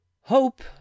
Hope